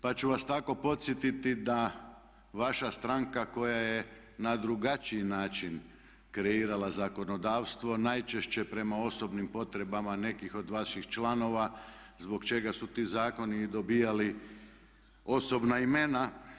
Pa ću vas tako podsjetiti da vaša stranka koja je na drugačiji način kreirala zakonodavstvo najčešće prema osobnim potrebama nekih od vaših članova zbog čega su ti zakoni i dobivali osobna imena.